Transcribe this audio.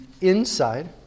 inside